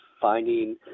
finding